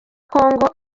kongo